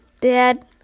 Dad